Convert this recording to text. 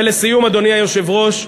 ולסיום, אדוני היושב-ראש,